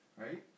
right